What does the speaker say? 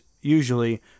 usually